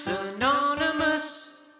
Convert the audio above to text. ANONYMOUS